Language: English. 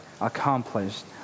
accomplished